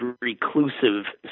reclusive